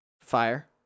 Fire